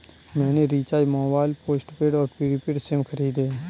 मैंने recharge mobile postpaid और prepaid sim खरीदे